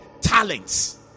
talents